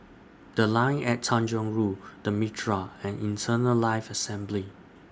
The Line At Tanjong Rhu The Mitraa and Eternal Life Assembly